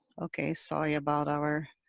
okay, sorry about our.